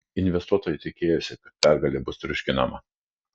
investuotojai tikėjosi kad pergalė bus triuškinama